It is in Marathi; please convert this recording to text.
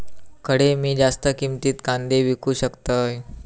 खडे मी जास्त किमतीत कांदे विकू शकतय?